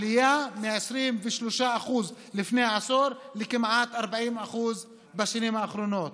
עלייה מ-23% לפני עשור לכמעט 40% בשנים האחרונות,